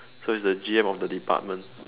so he's the G_M of the department